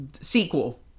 sequel